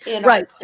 right